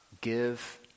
give